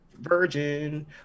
virgin